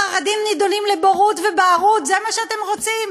החרדים נידונים לבורות ובערות, זה מה שאתם רוצים?